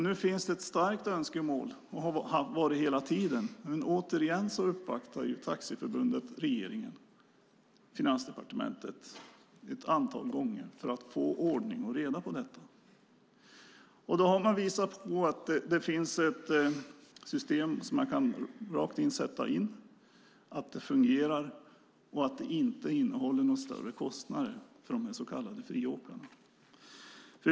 Nu finns det ett starkt önskemål och har funnits hela tiden - återigen har Taxiförbundet uppvaktat regeringen och Finansdepartementet ett antal gånger - att få ordning och reda på detta. Man har visat på att det finns ett system som man rakt av kan sätta in som fungerar och inte innehåller några större kostnader för de så kallade friåkarna.